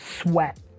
sweat